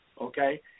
okay